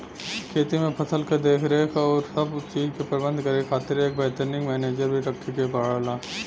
खेती में फसल क देखरेख आउर सब चीज के प्रबंध करे खातिर एक वैतनिक मनेजर भी रखे के पड़ला